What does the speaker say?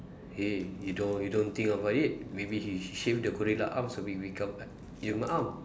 hey you don't you don't think about it maybe he sh~ shave the gorilla arms will be become my arm